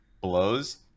blows